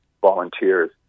volunteers